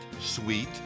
sweet